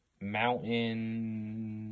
Mountain